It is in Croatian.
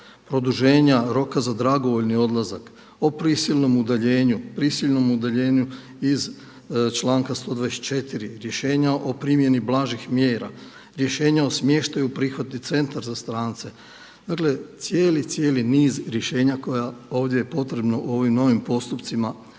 produženja roka za dragovoljni odlazak, o prisilnom udaljenju, prisilnom udaljenju iz članka 124., rješenja o primjeni blažih mjera, rješenja o smještaju u Prihvatni centar za strance. Dakle cijeli, cijeli niz rješenja koja je ovdje potrebno u ovim novim postupcima